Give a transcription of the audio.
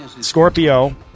Scorpio